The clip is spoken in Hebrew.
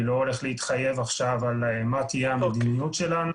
אני לא הולך להתחייב עכשיו על מה תהיה המדיניות שלנו.